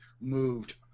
moved